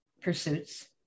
pursuits